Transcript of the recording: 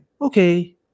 okay